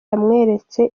yamweretse